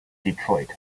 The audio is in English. detroit